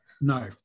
No